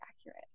accurate